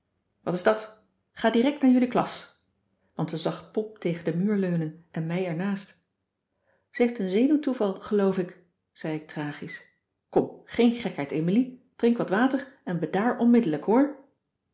wat is dat ga direct naar jullie klas want ze zag pop tegen den muur leunen en mij ernaast ze heeft een zenuwtoeval geloof ik zei ik tragisch kom geen gekheid emilie drink wat water en bedaar onmiddellijk hoor